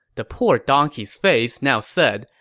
the poor donkey's face now said,